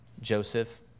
Joseph